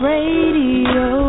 Radio